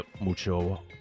Mucho